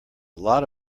lot